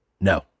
no